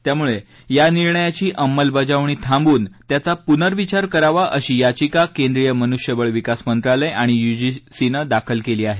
म्हणून या निर्णयाची अंमलबजावणी थांबवून त्याचा पुनर्विचार करावा अशी याचिका केंद्रीय मनुष्यबळ विकास मंत्रालय आणि यूजीसीनं दाखल केली आहे